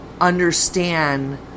understand